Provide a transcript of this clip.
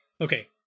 Okay